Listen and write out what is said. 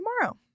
tomorrow